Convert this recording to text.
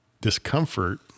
discomfort